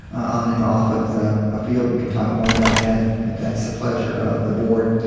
on and off of the ah field. we can talk more about that if if that's the pleasure of the board.